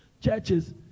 churches